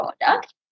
product